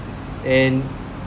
and